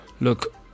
Look